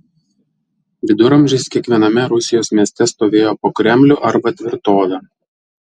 viduramžiais kiekviename rusijos mieste stovėjo po kremlių arba tvirtovę